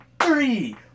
three